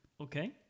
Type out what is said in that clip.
Okay